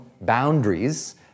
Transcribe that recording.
boundaries